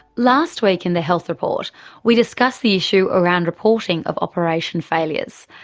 last week in the health report we discussed the issue around reporting of operation failures.